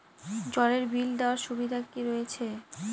জলের বিল দেওয়ার সুবিধা কি রয়েছে?